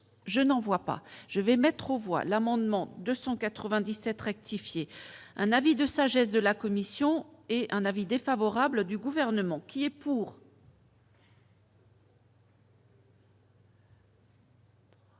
je n'en vois pas. Je vais mettre au voile amendement 297 rectifier un avis de sagesse de la commission et un avis défavorable du gouvernement qui est pour.